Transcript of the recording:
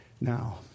Now